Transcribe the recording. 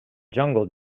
jungle